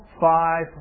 five